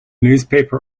newspaper